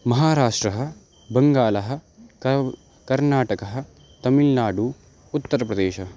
महाराष्ट्रं बङ्गालः कविः कर्नाटकः तमिल्नाडु उत्तर्प्रदेशः